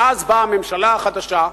ואז באה הממשלה החדשה,